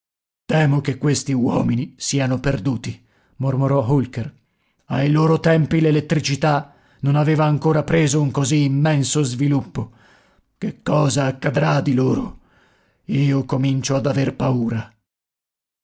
temo che questi uomini siano perduti mormorò holker ai loro tempi l'elettricità non aveva ancora preso un così immenso sviluppo che cosa accadrà di loro io comincio ad aver paura